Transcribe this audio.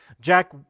Jack